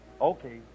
okay